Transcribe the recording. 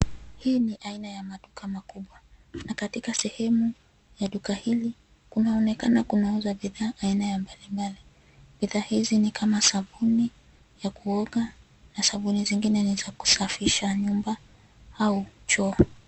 Hii ni aina ya maduka makubwa na katika sehemu ya duka hili kunaonekana kunauzwa bidhaa aina ya mbalimbali. Bidhaa hizi ni kama sabuni ya kuoga na sabuni zingine ni za kusafisha nyumba au choo.